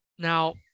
Now